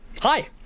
Hi